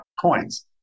coins